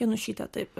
janušytė taip